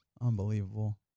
unbelievable